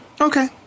Okay